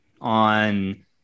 on